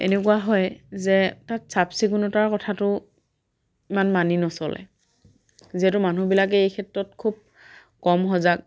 এনেকুৱা হয় যে তাত চাফ চিকুণতাৰ কথাটো ইমান মানি নচলে যিহেতু মানুহবিলাকে এই ক্ষেত্ৰত খুব কম সজাগ